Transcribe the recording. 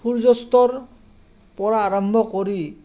সূৰ্যস্তৰ পৰা আৰম্ভ কৰি